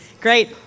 Great